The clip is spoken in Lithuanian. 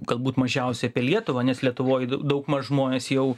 galbūt mažiausiai apie lietuvą nes lietuvoj daugmaž žmonės jau